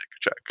check